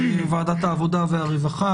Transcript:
ועדת העבודה והרווחה,